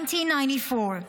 1994,